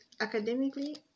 Academically